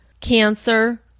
Cancer